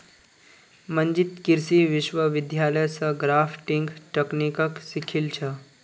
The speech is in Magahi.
मंजीत कृषि विश्वविद्यालय स ग्राफ्टिंग तकनीकक सीखिल छ